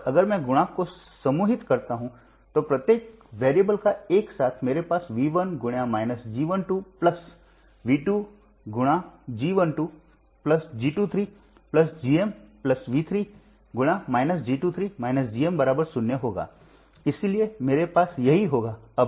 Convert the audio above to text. और अगर मैं गुणांक को समूहित करता हूं प्रत्येक चर का एक साथ मेरे पास V 1 × G 1 2 V 2 × G 1 2 G 2 3 gm V 3 × G 2 3 G m बराबर 0 होगा इसलिए मेरे पास यही होगा